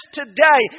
today